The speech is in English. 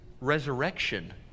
resurrection